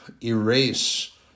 erase